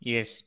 Yes